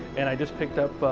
and i just picked up, ah,